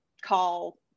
call